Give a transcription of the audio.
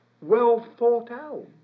well-thought-out